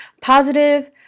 positive